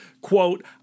quote